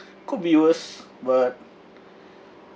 could be worse but